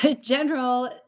General